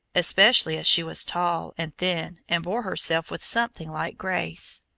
especially as she was tall and thin and bore herself with something like grace.